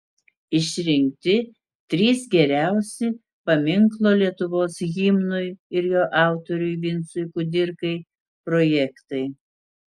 išrinkti trys geriausi paminklo lietuvos himnui ir jo autoriui vincui kudirkai projektai